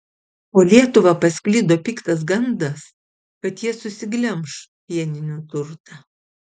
po lietuvą pasklido piktas gandas kad jie susiglemš pieninių turtą